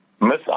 Miss